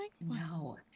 no